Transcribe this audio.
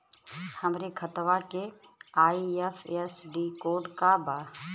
हमरे खतवा के आई.एफ.एस.सी कोड का बा?